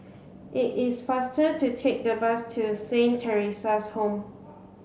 it is faster to take the bus to Saint Theresa's Home